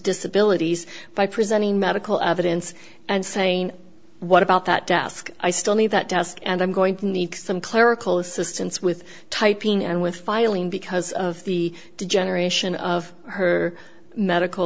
disability by presenting medical evidence and saying what about that desk i still need that desk and i'm going to need some clerical assistance with typing and with filing because of the degeneration of her medical